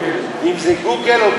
אם זה קוגל או קיגל?